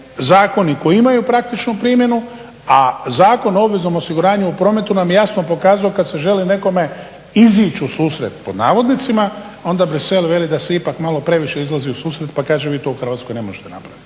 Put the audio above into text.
zakoni koji imaju praktičnu primjenu a Zakon o obveznom osiguranju u prometu nam je jasno pokazao kad se želi nekome izić u susret pod navodnicima, onda Bruxelles veli da se ipak malo previše izlazi u susret pa kaže vi to u Hrvatskoj ne možete napraviti.